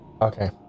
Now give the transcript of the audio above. Okay